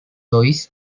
lois